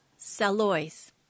Salois